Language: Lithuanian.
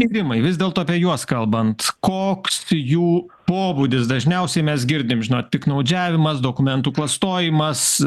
rinkimai vis dėlto apie juos kalbant koks jų pobūdis dažniausiai mes girdim žinotk piktnaudžiavimas dokumentų klastojimas